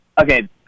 Okay